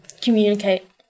Communicate